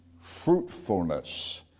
fruitfulness